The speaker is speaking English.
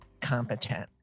competent